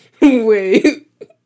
Wait